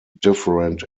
different